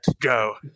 Go